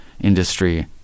industry